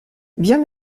viens